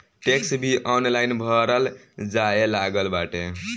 tax भी online भरल जाए लागल बाटे